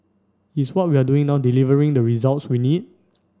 is what we are doing now delivering the results we need